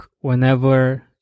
whenever